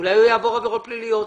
אולי הוא יעבור עבירות פליליות.